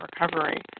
recovery